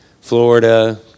Florida